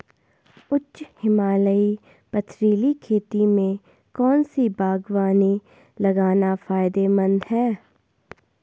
उच्च हिमालयी पथरीली खेती में कौन सी बागवानी लगाना फायदेमंद है?